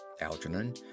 Algernon